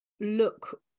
look